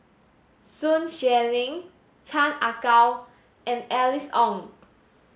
Sun Xueling Chan Ah Kow and Alice Ong